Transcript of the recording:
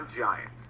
Giants